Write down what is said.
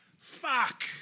Fuck